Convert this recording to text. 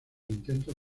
intento